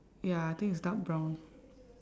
ya I think it's dark brown